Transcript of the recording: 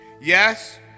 yes